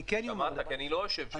אני לא יושב שם.